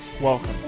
Welcome